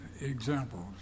examples